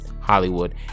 Hollywood